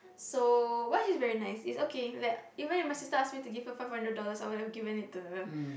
so but he's very nice it's okay like even if my sister ask me to give her five hundred dollars I would have given it to her